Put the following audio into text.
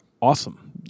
awesome